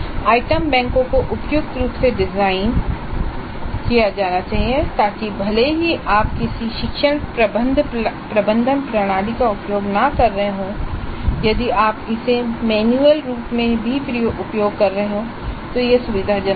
item बैंकों को उपयुक्त रूप से डिज़ाइन किया जाना चाहिए ताकि भले ही आप किसी शिक्षण प्रबंधन प्रणाली का उपयोग न कर रहे हों यदि आप इसे मैन्युअल रूप से भी उपयोग कर रहे हैं यह सुविधाजनक है